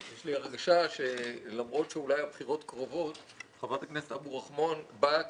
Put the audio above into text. יש לי הרגשה שלמרות שאולי הבחירות קרובות חברת הכנסת אבו רחמון באה